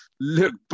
Look